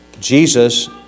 Jesus